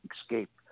escape